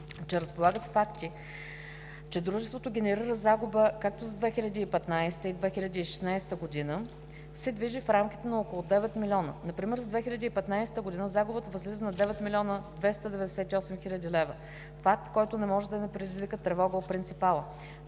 че разполага с факти, че дружеството генерира загуба като за 2015 и за 2016 г. се движи в рамките на около 9 милиона. Например за 2015 г. загубата възлиза на 9 млн. 298 хил. лв. – факт, който не може да не предизвика тревога у принципала.